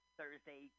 Thursday